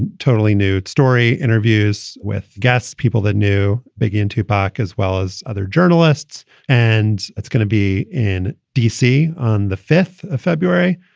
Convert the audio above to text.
and totally new story, interviews with guests, people that new begin to park as well as other journalists. and it's going to be in d c. on the fifth of february,